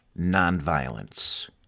nonviolence